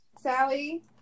Sally